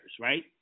right